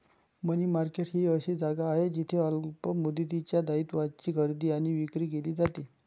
मनी market ही अशी जागा आहे जिथे अल्प मुदतीच्या दायित्वांची खरेदी आणि विक्री केली जाते